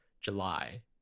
July